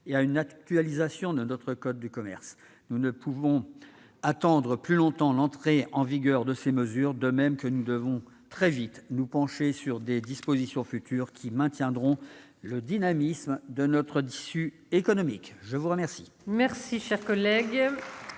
et à une actualisation du code de commerce. Nous ne pouvons pas attendre plus longtemps l'entrée en vigueur de ces mesures, de même que nous devrons très vite nous pencher sur les dispositions futures qui maintiendront le dynamisme de notre tissu économique. La parole